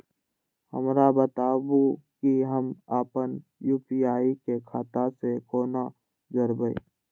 हमरा बताबु की हम आपन यू.पी.आई के खाता से कोना जोरबै?